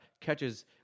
catches